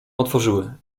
otworzyły